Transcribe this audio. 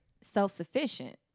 self-sufficient